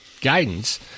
guidance